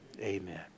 Amen